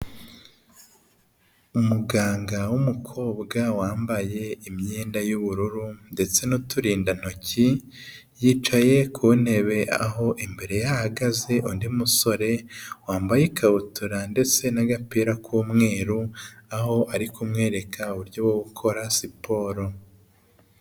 Umuganga w'umukobwa wambaye imyenda y'ubururu ndetse n'uturindantoki, yicaye ku ntebe aho imbere yagaze undi musore wambaye ikabutura ndetse n'agapira k'umweru, aho ari kumwereka uburyo bwo gukora siporo.